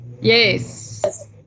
Yes